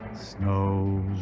snow